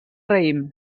raïm